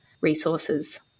resources